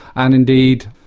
and indeed,